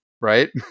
right